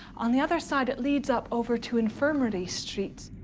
on the other side, it leads up over to infirmary street.